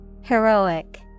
Heroic